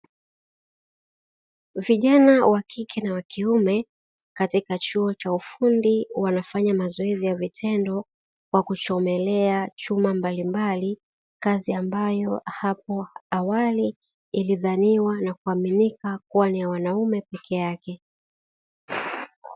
Vijana wakike na wakiume katika chuo cha ufundi wanafanya mazoezi ya vitendo kwa kuchomelea chuma mbalimbali, kazi ambayo hapo awali ilizaniwa na kuaminika kuwa ni ya wanaume pekeyake.